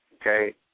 Okay